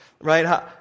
Right